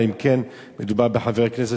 אלא אם כן מדובר בחבר כנסת